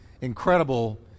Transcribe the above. incredible